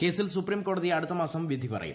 കേസിൽ സുപ്രീം കോടതി അടുത്തമാസം വിധി പറയും